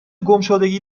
گمشدگی